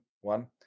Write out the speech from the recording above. one